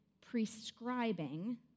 Prescribing